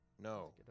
No